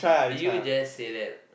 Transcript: did you just say that